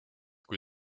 kui